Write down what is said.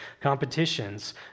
competitions